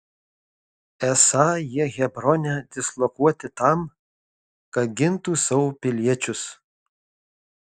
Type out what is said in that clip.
esą jie hebrone dislokuoti tam kad gintų savo piliečius